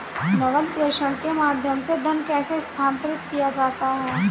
नकद प्रेषण के माध्यम से धन कैसे स्थानांतरित किया जाता है?